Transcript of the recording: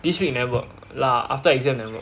this week I never work lah after exam I never work